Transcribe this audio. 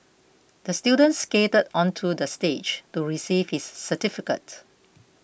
the student skated onto the stage to receive his certificate